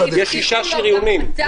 יש שישה שריונים.